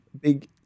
big